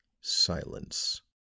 silence